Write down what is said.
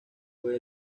fue